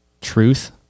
truth